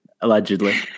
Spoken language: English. allegedly